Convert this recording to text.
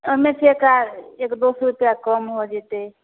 ओहिमेसँ एक एक दुइ सओ रुपैआ कम हो जेतै